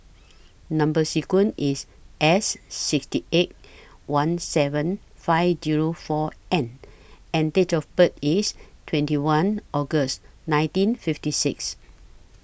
Number sequence IS S six eight one seven five Zero four N and Date of birth IS twenty one August nineteen fifty six